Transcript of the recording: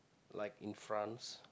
like in France